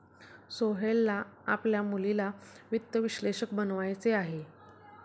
सोहेलला आपल्या मुलीला वित्त विश्लेषक बनवायचे आहे